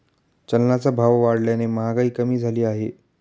चलनाचा भाव वाढल्याने महागाई कमी झाली आहे